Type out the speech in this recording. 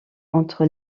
entre